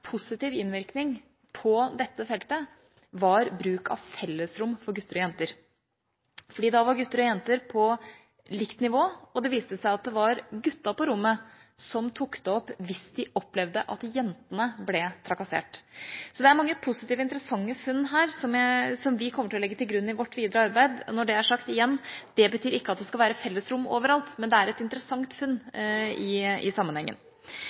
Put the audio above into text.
positiv innvirkning på dette feltet, var bruk av fellesrom for gutter og jenter. Da var gutter og jenter på likt nivå, og det viste seg at det var gutta på rommet som tok det opp hvis de opplevde at jentene ble trakassert. Det er altså mange positive og interessante funn her som vi kommer til å legge til grunn i vårt videre arbeid. Når det er sagt: Igjen, det betyr ikke at det skal være fellesrom overalt. Men det er et interessant funn i sammenhengen.